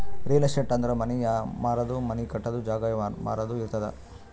real estate ಅಂದುರ್ ಮನಿ ಮಾರದು, ಮನಿ ಕಟ್ಟದು, ಜಾಗ ಮಾರಾದು ಇರ್ತುದ್